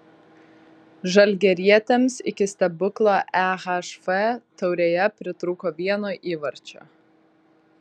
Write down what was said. žalgirietėms iki stebuklo ehf taurėje pritrūko vieno įvarčio